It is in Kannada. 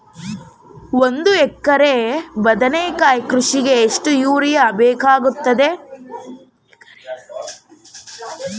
ಒಂದು ಎಕರೆ ಬದನೆಕಾಯಿ ಕೃಷಿಗೆ ಎಷ್ಟು ಯೂರಿಯಾ ಬೇಕಾಗುತ್ತದೆ?